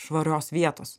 švarios vietos